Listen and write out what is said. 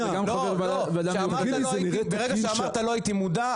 ברגע שאמרת "לא הייתי מודע",